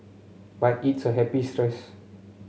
but it's a happy stress